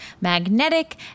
magnetic